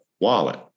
wallet